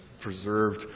preserved